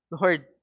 lord